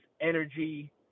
energy